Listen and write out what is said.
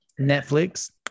Netflix